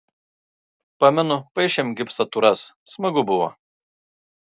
pamenu paišėm gipsatūras smagu buvo